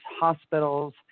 hospitals